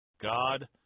God